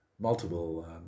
multiple